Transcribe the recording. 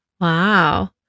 Wow